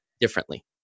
differently